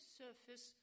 surface